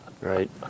right